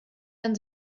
man